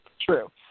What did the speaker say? true